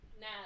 Now